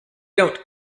don’t